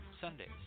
Sundays